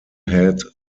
had